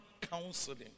counseling